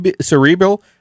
cerebral